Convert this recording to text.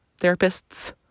therapists